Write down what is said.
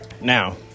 Now